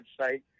website